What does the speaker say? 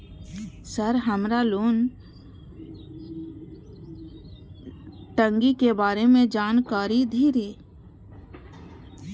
Sir हमरा loan टंगी के बारे में जान कारी धीरे?